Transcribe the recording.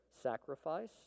sacrifice